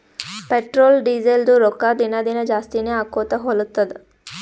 petrol, ಡೀಸೆಲ್ದು ರೊಕ್ಕಾ ದಿನಾ ದಿನಾ ಜಾಸ್ತಿನೇ ಆಕೊತ್ತು ಹೊಲತ್ತುದ್